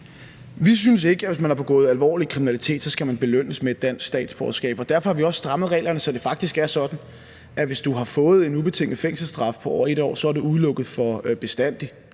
statsborgerskab, hvis man har begået alvorlig kriminalitet. Derfor har vi også strammet reglerne, så det faktisk er sådan, at hvis du har fået en ubetinget fængselsstraf på over 1 år, så er du udelukket for bestandig.